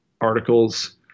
articles